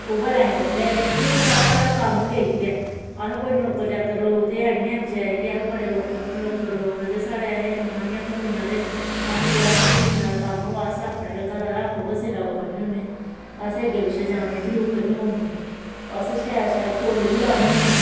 उऐ लैना पौंदा ऐ कि साढ़ा कम्म गै इयै अस ते कोई नौकर चाक्कर लोग ते हैं निं ऐं बचैरे कि अस बड़े नौकरा नै त असैं तनखाईयां थ्होंनियां ते असैं जेह्ड़ा बी जमीना दा कम्म होऐ अस आपूं गै अपनै सिरा परा क'ड्डने होने असैं अग्गें पिच्छें जाने दी जरूरत गै निं पौंदी अस शैल शैल फुल बी लान्ने होन्ने